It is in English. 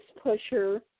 pusher